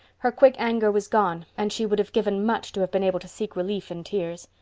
her quick anger was gone and she would have given much to have been able to seek relief in tears.